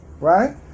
Right